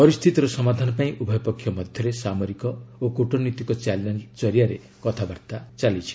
ପରିସ୍ଥିତିର ସମାଧାନ ପାଇଁ ଉଭୟପକ୍ଷ ମଧ୍ୟରେ ସାମରିକ ଓ କୁଟନୀତିକ ଚ୍ୟାନେଲ ଜରିଆରେ କଥାବାର୍ତ୍ତା ହୋଇଛି